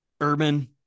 Urban